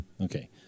Okay